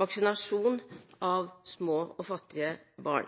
vaksinasjon av små og fattige barn.